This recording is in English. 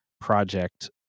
project